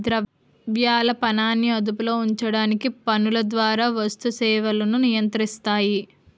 ద్రవ్యాలు పనాన్ని అదుపులో ఉంచడానికి పన్నుల ద్వారా వస్తు సేవలను నియంత్రిస్తాయి